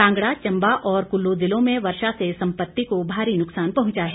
कांगड़ा चंबा और कुल्लू ज़िलों में वर्षा से संपत्ति को भारी नुकसान पहुंचा है